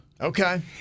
Okay